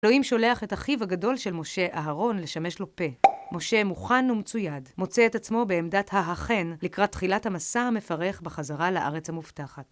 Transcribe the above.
אלוהים שולח את אחיו הגדול של משה, אהרון, לשמש לו פה. משה מוכן ומצויד, מוצא את עצמו בעמדת ההכן לקראת תחילת המסע המפרך בחזרה לארץ המובטחת.